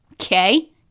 okay